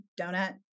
donut